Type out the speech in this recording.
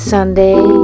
Sunday